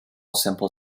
sample